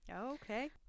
Okay